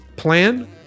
plan